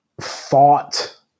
thought